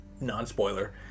non-spoiler